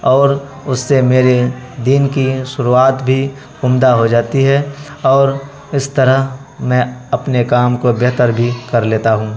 اور اس سے میرے دن کی شروعات بھی عمدہ ہو جاتی ہے اور اس طرح میں اپنے کام کو بہتر بھی کر لیتا ہوں